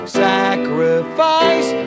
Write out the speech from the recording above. sacrifice